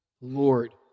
Lord